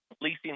leasing